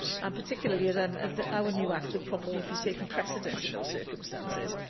um particularly as and our new acts would probably be taking precedence in those circumstances.